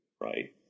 right